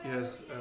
yes